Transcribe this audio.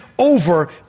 over